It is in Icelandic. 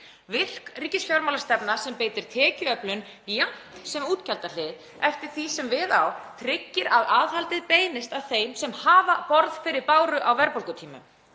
Virk ríkisfjármálastefna sem beitir tekjuöflun jafnt sem útgjaldahlið eftir því sem við á tryggir að aðhaldið beinist að þeim sem hafa borð fyrir báru á verðbólgutímum.